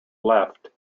left